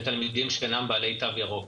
לתלמידים שאינם בעלי תו ירוק".